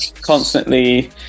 constantly